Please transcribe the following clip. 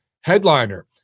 headliner